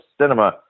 Cinema